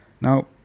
Now